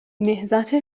نهضت